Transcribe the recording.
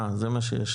אה, זה מה שישלים.